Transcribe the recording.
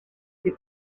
fait